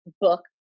book